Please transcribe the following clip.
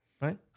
Right